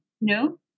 No